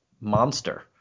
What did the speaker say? monster